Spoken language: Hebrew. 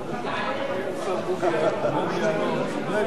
להגיד שההצעה המקורית היא של חבר הכנסת טיבי ותועלה עוד חצי שעה להצבעה?